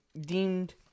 deemed